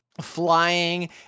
flying